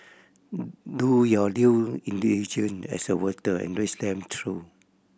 do your due as a voter and read them through